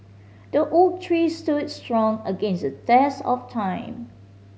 the oak tree stood strong against the test of time